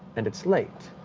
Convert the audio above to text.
and it's late.